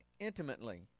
intimately